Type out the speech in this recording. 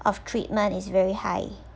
of treatment is very high